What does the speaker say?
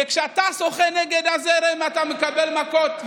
וכשאתה שוחה נגד הזרם אתה מקבל מכות,